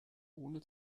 ohne